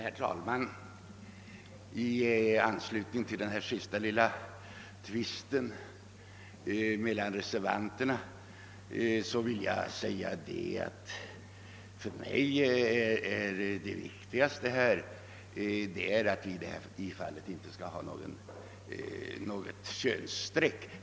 Herr talman! I anslutning till denna sista lilla tvist mellan reservanterna vill jag säga, att det viktigaste för mig är att det i detta fall inte får förekomma något könsstreck.